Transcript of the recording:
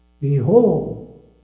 Behold